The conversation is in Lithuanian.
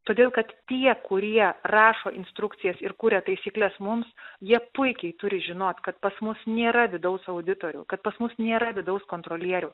todėl kad tie kurie rašo instrukcijas ir kuria taisykles mums jie puikiai turi žinot kad pas mus nėra vidaus auditorių kad pas mus nėra vidaus kontrolierių